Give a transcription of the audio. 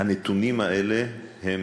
והנתונים האלה הם